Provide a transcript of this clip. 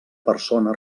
persona